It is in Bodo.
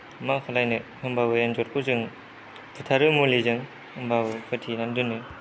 मा खालायनो होम्बाबो एन्जरखौ जों बुथारो मुलिजों होम्बाबो फोथैनानै दोनो